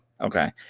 Okay